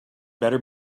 better